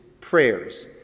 prayers